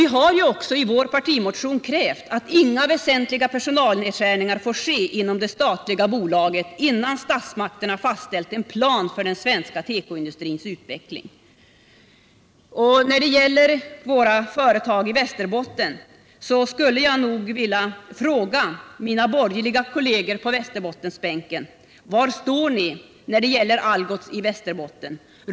Vi har också i vår partimotion krävt att inga väsentliga personalnedskärningar får ske inom det statliga bolaget innan statsmakterna fastställt en plan för den svenska tekoindustrins utveckling. När det gäller våra företag i Västerbotten skulle jag vilja fråga mina borgerliga kolleger på Västerbottensbänken var de står när det gäller Algots i Västerbotten.